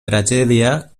tragèdia